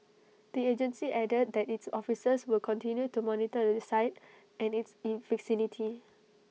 the agency added that its officers will continue to monitor the site and its in vicinity